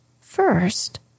First